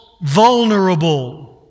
vulnerable